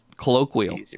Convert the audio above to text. colloquial